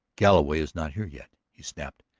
galloway is not here yet, he snapped.